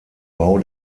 bau